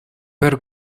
пӗр